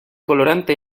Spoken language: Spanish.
colorante